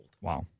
Wow